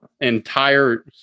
entire